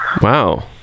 Wow